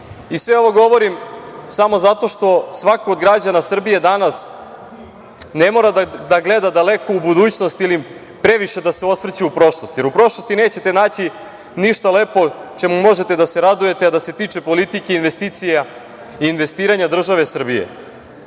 ovo govorim samo zato što svako od građana Srbije danas ne mora da gleda daleko u budućnost ili previše da se osvrće u prošlost, jer u prošlosti nećete naći ništa lepo čemu možete da se radujete, a da se tiče politike i investicija i investiranja države Srbije.